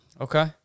Okay